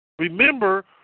Remember